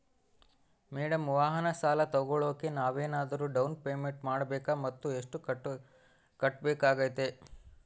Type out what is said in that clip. Madam ವಾಹನ ಸಾಲ ತೋಗೊಳೋಕೆ ನಾವೇನಾದರೂ ಡೌನ್ ಪೇಮೆಂಟ್ ಮಾಡಬೇಕಾ ಮತ್ತು ಎಷ್ಟು ಕಟ್ಬೇಕಾಗ್ತೈತೆ?